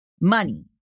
money